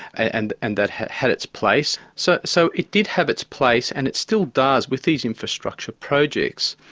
and and that had had its place. so so it did have its place and it still does with these infrastructure projects.